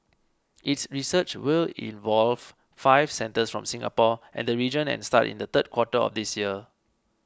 its research will involve five centres from Singapore and the region and start in the third quarter of this year